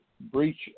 breach